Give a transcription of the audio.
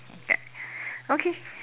okay okay